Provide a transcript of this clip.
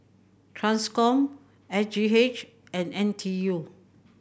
Transcom S G H and N T U